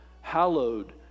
Hallowed